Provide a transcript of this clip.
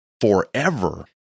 forever